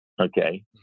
okay